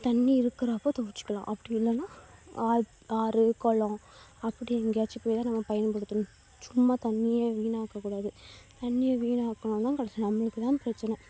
தண்ணி இருக்கிறப்ப துவைச்சிக்கலாம் அப்படி இல்லைன்னா ஆ ஆறு குளம் அப்படி எங்கேயாச்சும் போய் தான் நம்ம பயன்படுத்தணும் சும்மா தண்ணியை வீணாக்கக்கூடாது தண்ணியை வீணாக்குனோன்னால் கடைசியில் நம்மளுக்கு தான் பிரச்சனை